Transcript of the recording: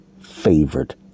favored